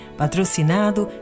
patrocinado